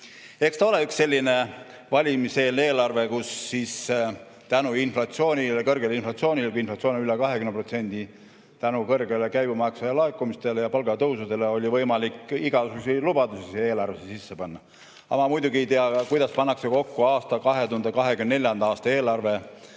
Eks ta ole üks selline valimiseelne eelarve, kuhu tänu kõrgele inflatsioonile – inflatsioon on üle 20% –, tänu suurtele käibemaksu laekumistele ja palgatõusudele oli võimalik igasuguseid lubadusi sisse panna. Ma muidugi ei tea, kuidas pannakse kokku 2024. aasta eelarve.